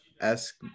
ask